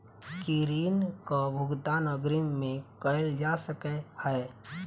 की ऋण कऽ भुगतान अग्रिम मे कैल जा सकै हय?